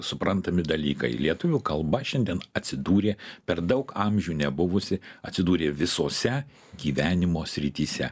suprantami dalykai lietuvių kalba šiandien atsidūrė per daug amžių nebuvusi atsidūrė visose gyvenimo srityse